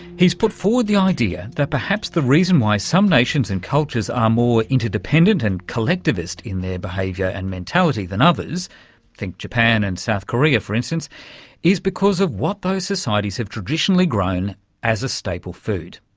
he's put forward the idea that perhaps the reason why some nations and cultures are more interdependent and collectivist in their behaviour and mentality than others think japan and south korea, for instance is because of what those societies have traditionally grown as a staple food,